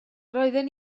roedden